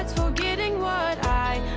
forgetting what i